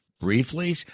briefly